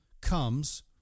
comes